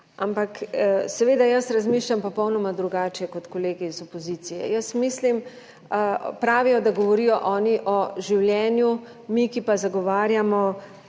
ampak seveda jaz razmišljam popolnoma drugače, kot kolegi iz opozicije. Jaz mislim, pravijo, da govorijo oni o življenju, mi ki pa zagovarjamo